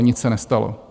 Nic se nestalo.